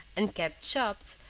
and kept shops,